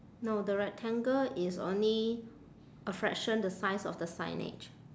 no the rectangle is only a fraction the size of the signage